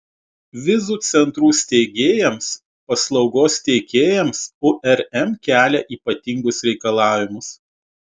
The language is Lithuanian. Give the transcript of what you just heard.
vizų centrų steigėjams paslaugos teikėjams urm kelia ypatingus reikalavimus